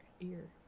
ear